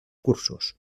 cursos